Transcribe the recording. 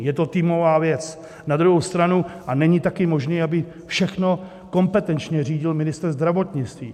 Je to týmová věc, na druhou stranu, a není taky možné, aby všechno kompetenčně řídil ministr zdravotnictví.